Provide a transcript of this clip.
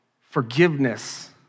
Forgiveness